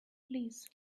please